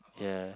yeah